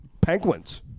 Penguins